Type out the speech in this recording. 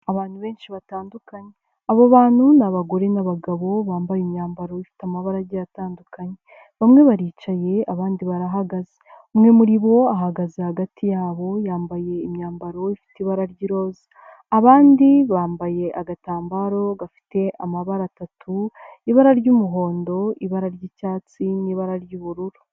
Abantu benshi batandukanye, abo bantu n'abagore n'abagabo bambaye imyambaro ifite amabarage atandukanye bamwe baricaye abandi barahagaze, umwe muri bo ahagaze hagati yabo yambaye imyambaro ifite ibara ry'iroza, abandi bambaye agatambaro gafite amabara atatu, ibara ry'umuhondo, ibara ry'icyatsi, n'ibara ry'ubururu.